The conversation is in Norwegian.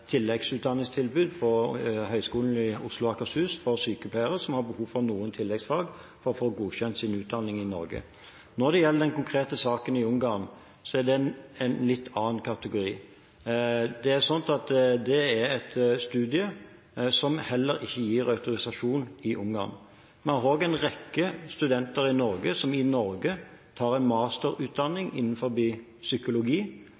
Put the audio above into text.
tilleggsutdanningstilbud på Høgskolen i Oslo og Akershus for sykepleiere som har behov for noen tilleggsfag for å få godkjent sin utdanning i Norge. Når det gjelder den konkrete saken i Ungarn, er den i en litt annen kategori. Det er et studium som heller ikke gir autorisasjon i Ungarn. Vi har også en rekke studenter i Norge som i Norge har en masterutdanning innen psykologi,